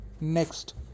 Next